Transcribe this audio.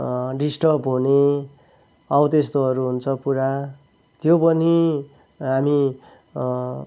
disturb हुने हौ त्यस्तोहरू हुन्छ पुरा त्यो पनि हामी